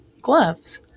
gloves